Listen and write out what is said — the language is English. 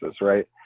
right